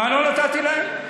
מה לא נתתי להם?